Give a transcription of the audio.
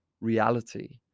reality